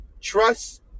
Trust